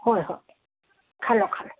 ꯍꯣꯏ ꯍꯣꯏ ꯈꯜꯂꯣ ꯈꯜꯂꯣ